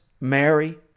Mary